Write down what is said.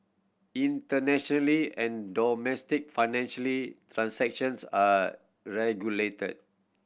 internationally and domestic financially transactions are regulated